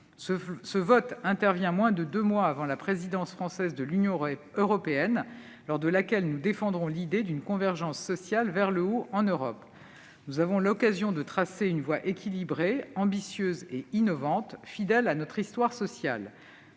Son vote intervient moins de deux mois avant la présidence française de l'Union européenne, lors de laquelle nous défendrons l'idée d'une convergence sociale vers le haut en Europe. Nous avons l'occasion de tracer une voie équilibrée, ambitieuse et innovante, fidèle à notre histoire sociale.